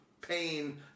pain